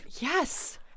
Yes